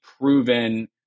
proven